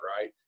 right